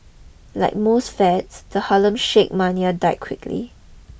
like most fads the Harlem Shake mania died quickly